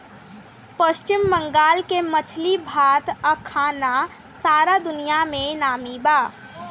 पश्चिम बंगाल के मछली भात आ खाना सारा दुनिया में नामी बा